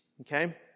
okay